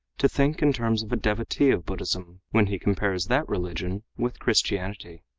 to think in terms of a devotee of buddhism when he compares that religion with christianity.